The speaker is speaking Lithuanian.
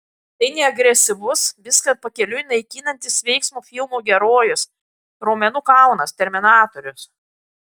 tai ne agresyvus viską pakeliui naikinantis veiksmo filmų herojus raumenų kalnas terminatorius